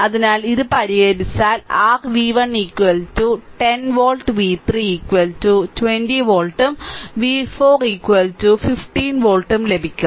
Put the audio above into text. അതിനാൽ ഇത് പരിഹരിച്ചാൽ r v1 10 വോൾട്ട് v3 20 വോൾട്ടും v4 15 വോൾട്ടും ലഭിക്കും